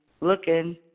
Looking